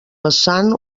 vessant